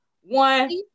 one